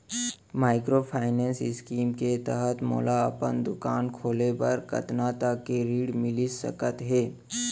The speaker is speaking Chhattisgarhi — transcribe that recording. माइक्रोफाइनेंस स्कीम के तहत मोला अपन दुकान खोले बर कतना तक के ऋण मिलिस सकत हे?